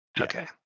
okay